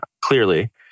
clearly